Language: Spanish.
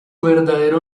verdadero